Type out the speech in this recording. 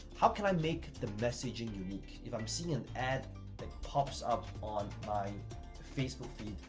how can i make the messaging unique? if i'm seeing an ad that pops up on my facebook feed,